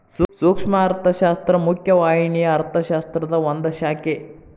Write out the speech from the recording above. ಸೂಕ್ಷ್ಮ ಅರ್ಥಶಾಸ್ತ್ರ ಮುಖ್ಯ ವಾಹಿನಿಯ ಅರ್ಥಶಾಸ್ತ್ರದ ಒಂದ್ ಶಾಖೆ